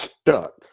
stuck